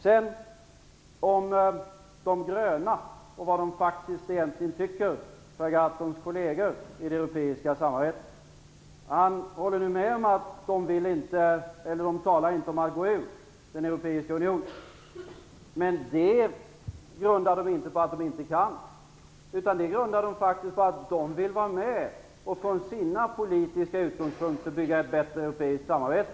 Så till de gröna och vad Per Gahrtons kolleger i det europeiska samarbetet faktiskt tycker. Han håller nu med om att de inte talar om att gå ut ur Europeiska unionen, men det grundar de inte på att man inte kan göra det. De grundar det faktiskt på att de vill vara med och från sina politiska utgångspunkter bygga upp ett bättre europeiskt samarbete.